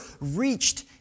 reached